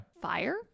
Fire